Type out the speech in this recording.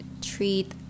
treat